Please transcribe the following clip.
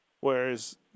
Whereas